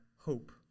hope